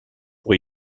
pour